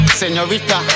señorita